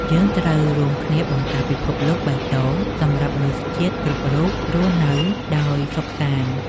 យើងត្រូវរួមគ្នាបង្កើតពិភពលោកបៃតងសម្រាប់មនុស្សជាតិគ្រប់រូបរស់នៅដោយសុខសាន្ត។